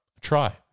try